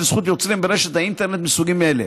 זכות יוצרים ברשת האינטרנט מסוגים אלה.